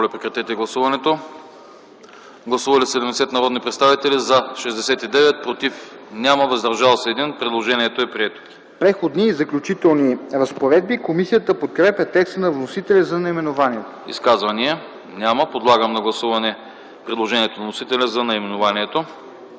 „Преходни и заключителни разпоредби.” Комисията подкрепя текста на вносителя за наименованието.